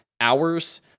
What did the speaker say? hours